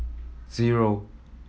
zero